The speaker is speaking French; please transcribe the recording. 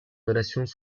relations